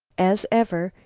as ever,